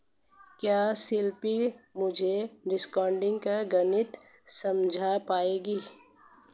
क्या शिल्पी मुझे डिस्काउंटिंग का गणित समझा पाएगी?